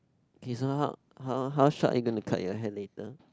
K so how how how short are you gonna cut your hair later